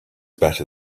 better